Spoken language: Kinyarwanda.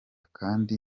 kandi